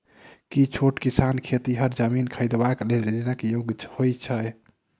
की छोट किसान खेतिहर जमीन खरिदबाक लेल ऋणक योग्य होइ छै?